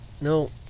no